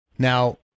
Now